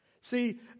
See